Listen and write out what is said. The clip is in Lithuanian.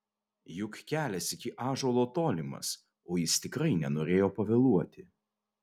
juk kelias iki ąžuolo tolimas o jis tikrai nenorėjo pavėluoti